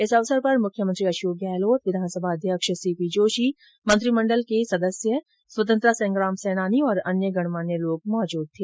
इस अवसर पर मुख्यमंत्री अशोक गहलोत विधानसभा अध्यक्ष सीपी जोषी मंत्रीमंडल के सदस्यगण स्वतंत्रता संग्राम सेनानी और अन्य गणमान्य लोग मौजूद थे